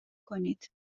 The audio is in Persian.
کنید